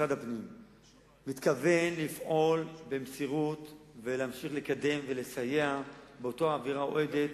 מתכוון לפעול במסירות ולהמשיך לקדם ולסייע באותה אווירה אוהדת,